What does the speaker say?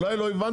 אולי לא הבנת,